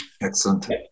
Excellent